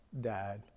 died